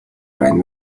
байна